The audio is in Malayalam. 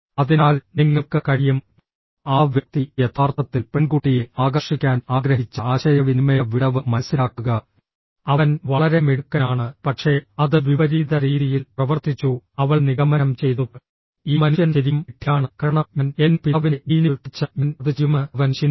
അതിനാൽ നിങ്ങൾക്ക് കഴിയും ആ വ്യക്തി യഥാർത്ഥത്തിൽ പെൺകുട്ടിയെ ആകർഷിക്കാൻ ആഗ്രഹിച്ച ആശയവിനിമയ വിടവ് മനസിലാക്കുക അവൻ വളരെ മിടുക്കനാണ് പക്ഷേ അത് വിപരീത രീതിയിൽ പ്രവർത്തിച്ചു അവൾ നിഗമനം ചെയ്തു ഈ മനുഷ്യൻ ശരിക്കും വിഡ്ഢിയാണ് കാരണം ഞാൻ എൻ്റെ പിതാവിൻ്റെ ജീനുകൾ ധരിച്ചാൽ ഞാൻ അത് ചെയ്യുമെന്ന് അവൻ ചിന്തിക്കുന്നു